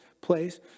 place